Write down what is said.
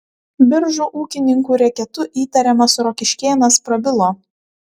biržų ūkininkų reketu įtariamas rokiškėnas prabilo